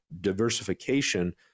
diversification